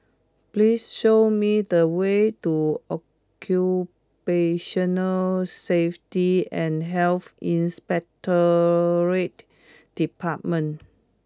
please show me the way to Occupational Safety and Health Inspectorate Department